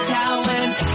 talent